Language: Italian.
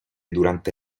durante